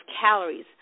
calories